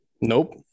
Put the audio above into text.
Nope